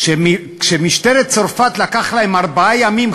כשלמשטרת צרפת לקח ארבעה ימים,